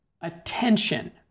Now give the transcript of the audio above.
attention